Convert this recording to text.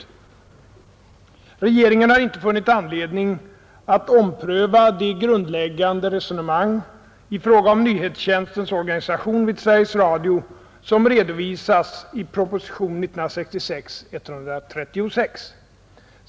Regeringen har inte funnit anledning att ompröva de grundläggande resonemang i fråga om nyhetstjänstens organisation vid Sveriges Radio som redovisas i propositionen 1966:136.